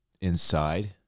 inside